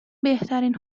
بهترین